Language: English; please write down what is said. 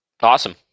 Awesome